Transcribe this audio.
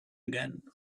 again